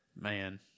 Man